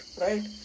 right